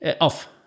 off